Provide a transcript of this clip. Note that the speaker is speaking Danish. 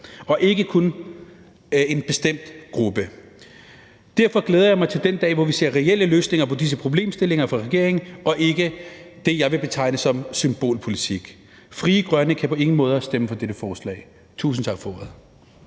og ikke kun for en bestemt gruppe. Derfor glæder jeg mig til den dag, hvor vi ser reelle løsninger på disse problemer fra regeringens side og ikke det, som jeg vil betegne som symbolpolitik. Frie Grønne kan på ingen måder stemme for dette forslag. Tusind tak for ordet.